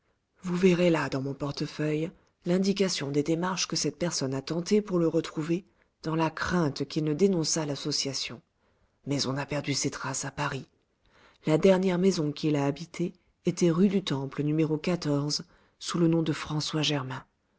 vous verrez là dans mon portefeuille l'indication des démarches que cette personne a tentées pour le retrouver dans la crainte qu'il ne dénonçât l'association mais on a perdu ses traces à paris la dernière maison qu'il a habitée était rue du temple n sous le nom de françois germain